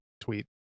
tweet